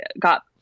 got